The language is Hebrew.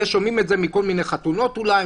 שומעים את זה מכל מיני חתונות אולי,